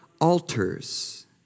altars